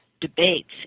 debates